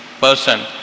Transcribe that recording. person